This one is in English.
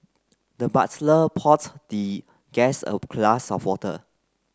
the butler poured the guest a glass of water